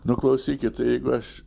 nu klausykit jeigu aš